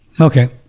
Okay